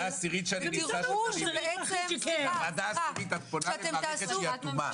אתם תראו --- את פונה אל מערכת אטומה,